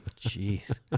jeez